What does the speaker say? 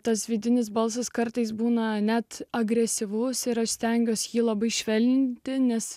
tas vidinis balsas kartais būna net agresyvus ir aš stengiuosi jį labai švelninti nes